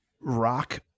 rock